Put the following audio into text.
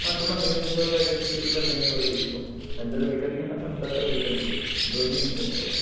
हां तुम्हाला रेंटवर पाहिजे असली तर रेंटवर देतो जर विकत घेणार असला तर विकत देतो दोन्ही हे करतो